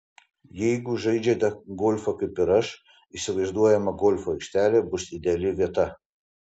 jeigu žaidžiate golfą kaip ir aš įsivaizduojama golfo aikštelė bus ideali vieta